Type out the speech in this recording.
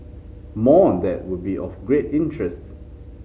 more on that would be of great interest